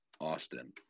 Austin